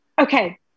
Okay